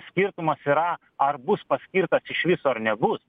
skirtumas yra ar bus paskirtas iš viso ar nebus